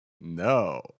No